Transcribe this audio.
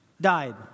died